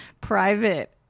private